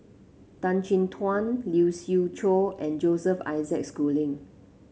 Tan Chin Tuan Lee Siew Choh and Joseph Isaac Schooling